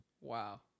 Wow